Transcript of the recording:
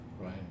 Right